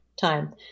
time